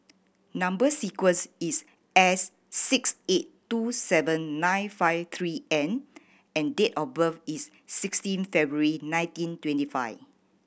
number sequence is S six eight two seven nine five three N and date of birth is sixteen February nineteen twenty five